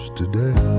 today